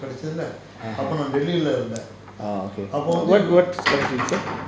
orh okay [what] [what]